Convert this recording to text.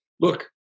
look